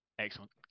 Excellent